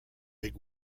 big